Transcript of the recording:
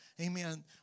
Amen